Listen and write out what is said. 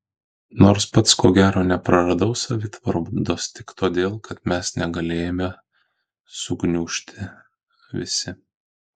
nors pats ko gero nepraradau savitvardos tik todėl kad mes negalėjome sugniužti visi